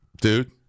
dude